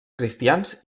cristians